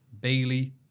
Bailey